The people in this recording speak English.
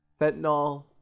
Fentanyl